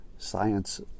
science